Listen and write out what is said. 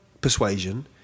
persuasion